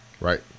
Right